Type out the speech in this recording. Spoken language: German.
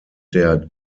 der